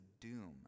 doom